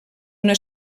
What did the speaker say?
una